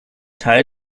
teil